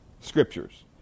scriptures